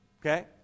okay